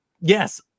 Yes